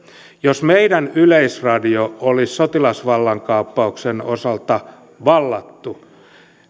jos meidän yleisradio olisi sotilasvallankaappauksella vallattu